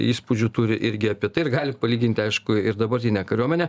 įspūdžių turi irgi apie tai ir galit palyginti aišku ir dabartinę kariuomenę